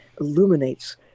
illuminates